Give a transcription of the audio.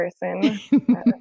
person